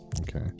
okay